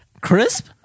Crisp